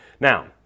Now